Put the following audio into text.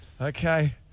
Okay